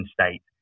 state